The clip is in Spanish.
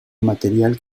material